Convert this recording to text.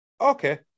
okay